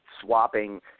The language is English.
swapping